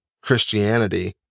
Christianity